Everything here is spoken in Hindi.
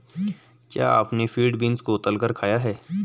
क्या आपने फील्ड बीन्स को तलकर खाया है?